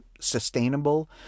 sustainable